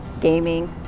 gaming